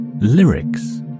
Lyrics